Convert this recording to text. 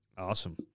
Awesome